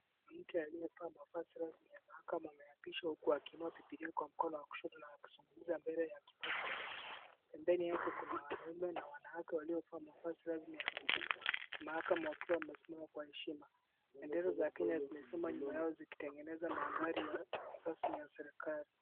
Mtu aliyevaa mavazi rasmi ya mahakama ameapishwa huku akiinua biblia kwa mkono wa kushoto na akisimama mbele ya kipaza sauti. Mbele yake kuna wanaume na wanawake waliovaa mavazi rasmi ya mahakama wakiwa wamesimama kwa heshima. Bendera za kenya zimesimama nyuma yao zikitengeneza mandhari rasmi ya serikali.